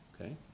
Okay